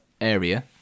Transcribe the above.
area